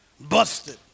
Busted